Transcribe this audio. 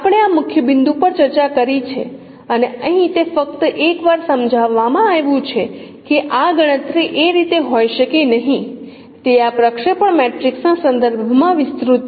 આપણે આ મુખ્ય બિંદુ પર ચર્ચા કરી છે અને અહીં તે ફરી એક વાર સમજાવવામાં આવ્યું છે કે આ ગણતરી એ રીતે હોઈ શકે નહીં તે આ પ્રક્ષેપણ મેટ્રિક્સ ના સંદર્ભ માં વિસ્તૃત છે